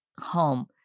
home